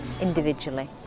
individually